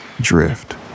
drift